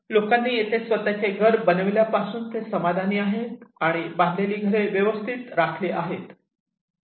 लोकांनी येथे स्वतःचे घर बनविल्यापासून ते समाधानी झाले आणि बांधलेली घरे व्यवस्थित राखले गेले